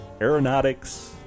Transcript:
aeronautics